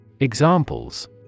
Examples